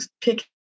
pick